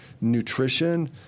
nutrition